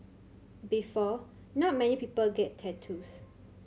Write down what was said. before not many people get tattoos